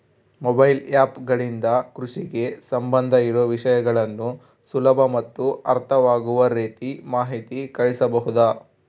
Mobile app ಗಳಿಂದ ಕೃಷಿಗೆ ಸಂಬಂಧ ಇರೊ ವಿಷಯಗಳನ್ನು ಸುಲಭ ಮತ್ತು ಅರ್ಥವಾಗುವ ರೇತಿ ಮಾಹಿತಿ ಕಳಿಸಬಹುದಾ?